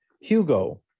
Hugo